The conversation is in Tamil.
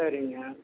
சரிங்க